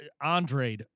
andre